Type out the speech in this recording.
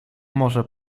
może